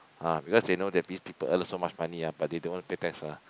ah because they know that these people earn so much money ah but they don't want pay tax ah